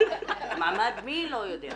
מעמד מי, לא יודעים.